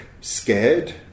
scared